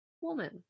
woman